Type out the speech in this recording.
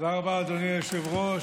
תודה רבה, אדוני היושב-ראש.